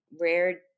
rare